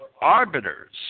arbiters